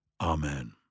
Amen